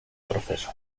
proceso